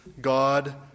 God